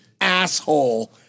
asshole